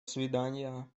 свиданья